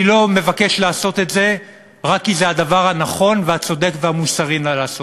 אני לא מבקש לעשות את זה רק כי זה הדבר הנכון והצודק והמוסרי לעשות,